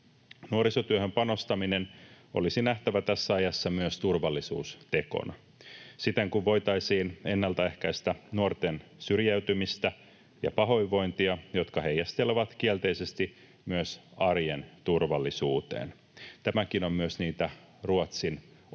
Nuorisotyöhön panostaminen olisi nähtävä tässä ajassa myös turvallisuustekona, siten kun voitaisiin ennaltaehkäistä nuorten syrjäytymistä ja pahoinvointia, jotka heijastelevat kielteisesti myös arjen turvallisuuteen. Tämäkin on niitä Ruotsin oppeja,